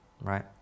right